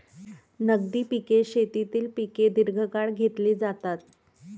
नगदी पिके शेतीतील पिके दीर्घकाळ घेतली जातात